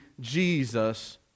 Jesus